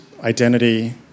identity